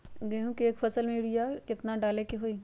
गेंहू के एक फसल में यूरिया केतना डाले के होई?